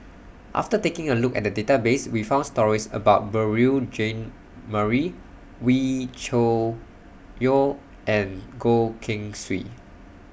after taking A Look At The Database We found stories about Beurel Jean Marie Wee Cho Yaw and Goh Keng Swee